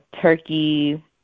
turkey